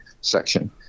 section